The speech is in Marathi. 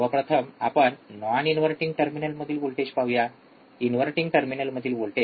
सर्वप्रथम आपण नाॅन इनव्हर्टिंग टर्मिनलमधील वोल्टेज पाहूया इनव्हर्टिंग टर्मिनल मधील व्होल्टेज ०